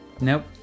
Nope